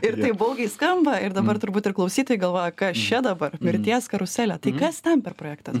ir taip baugiai skamba ir dabar turbūt ir klausytojai galvoja kas čia dabar mirties karuselė tai kas ten per projekta